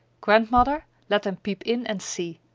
grandmother let them peep in and see.